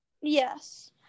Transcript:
Yes